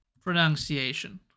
Pronunciation